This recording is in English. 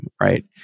right